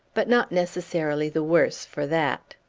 but not necessarily the worse for that.